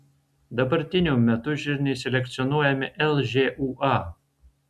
dabartiniu metu žirniai selekcionuojami lžūa